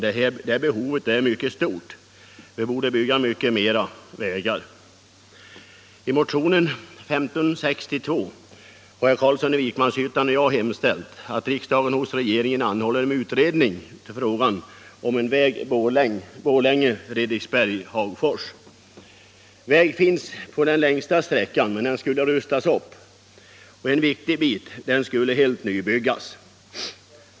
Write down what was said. Det behovet är mycket stort, och vi borde därför bygga mycket mera vägar. hemställt att riksdagen hos regeringen anhåller om utredning av frågan om en väg Borlänge-Fredriksberg-Hagfors. Väg finns på den längsta sträckan, men den vägen skulle behöva rustas upp, och en viktig bit väg skulle nybyggas.